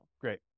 Great